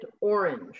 Orange